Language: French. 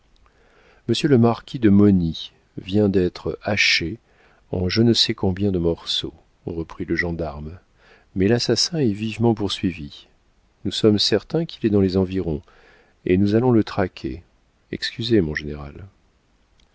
le marquis de mauny vient d'être haché en je ne sais combien de morceaux reprit le gendarme mais l'assassin est vivement poursuivi nous sommes certains qu'il est dans les environs et nous allons le traquer excusez mon général